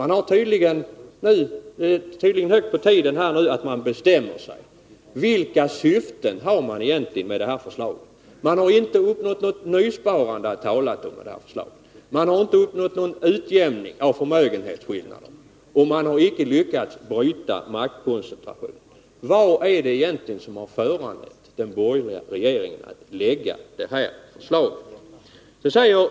Nu är det på tiden att man bestämmer sig. Vilka syften har man egentligen med förslaget? Man har inte uppnått något nysparande att tala om med förslaget, man har inte uppnått någon utjämning av förmögenhetsskillnaderna och man har icke lyckats bryta maktkoncentrationen. Vad är det egentligen som har föranlett den borgerliga regeringen att lägga fram det här förslaget?